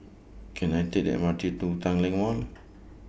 Can I Take The M R T to Tanglin Mall